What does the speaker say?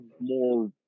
more